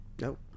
Nope